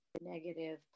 negative